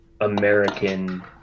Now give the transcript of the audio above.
american